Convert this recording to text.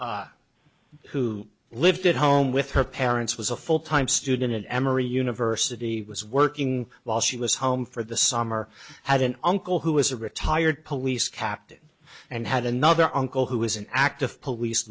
who lived at home with her parents was a full time student at emory university was working while she was home for the summer had an uncle who was a retired police captain and had another uncle who was an active police